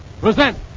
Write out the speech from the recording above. present